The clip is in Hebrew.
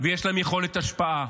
ויש להם יכולת השפעה.